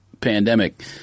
pandemic